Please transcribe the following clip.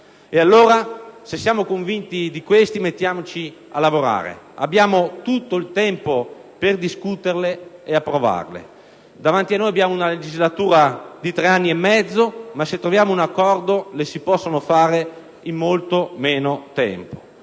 Allora, se siamo convinti di questo, mettiamoci a lavorare. Abbiamo tutto il tempo per discutere ed approvare le riforme: davanti a noi abbiamo tre anni e mezzo di legislatura, ma se troviamo un accordo le si possono fare in molto meno tempo,